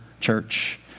church